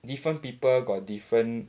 different people got different